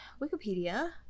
Wikipedia